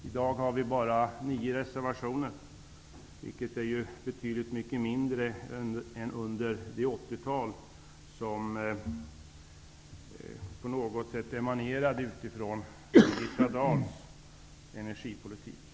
I dag finns det bara 9 reservationer, vilket är betydligt mindre än under det 80-tal som på något sätt emanerade ur Birgitta Dahls energipolitik.